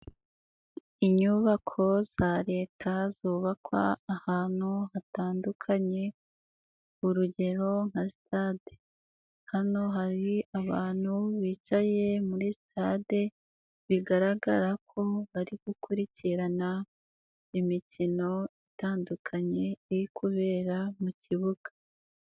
Inyubako za leta zubakwa ahantu hatandukanye, urugero nka sitade, hano hari abantu bicaye muri sitade bigaragara ko bari gukurikirana imikino itandukanye iri kubera mu kibuga.